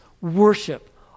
Worship